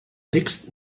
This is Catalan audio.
text